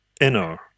inner